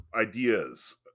ideas